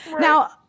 now